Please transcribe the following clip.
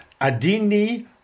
Adini